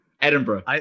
Edinburgh